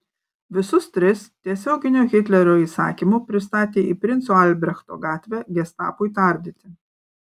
visus tris tiesioginiu hitlerio įsakymu pristatė į princo albrechto gatvę gestapui tardyti